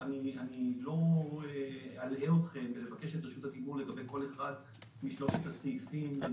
לא אלאה אתכם בבקשת רשות הדיבור לגבי כל אחד משלושת הסעיפים.